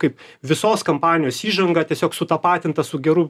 kaip visos kampanijos įžanga tiesiog sutapatinta su geru